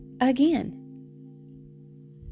again